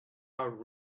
are